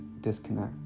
disconnect